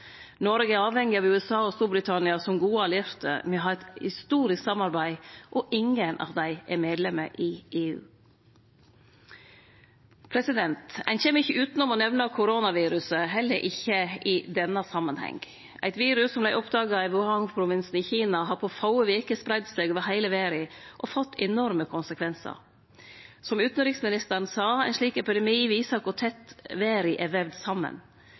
Noreg er avhengig av USA og Storbritannia som gode allierte, me har eit historisk samarbeid, og ingen av dei er medlemmer i EU. Ein kjem ikkje utanom å nemne koronaviruset, heller ikkje i denne samanhengen. Eit virus som vart oppdaga i Wuhan i Kina, har på få veker spreidd seg over heile verda og fått enorme konsekvensar. Som utanriksministeren sa, viser ein slik epidemi kor tett verda er voven saman.